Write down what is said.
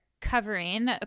covering